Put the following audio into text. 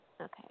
Okay